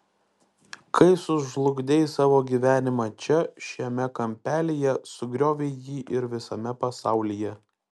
kai sužlugdei savo gyvenimą čia šiame kampelyje sugriovei jį ir visame pasaulyje